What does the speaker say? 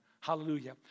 Hallelujah